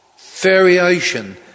Variation